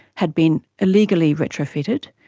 had been illegally retrofitted,